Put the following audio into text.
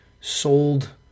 sold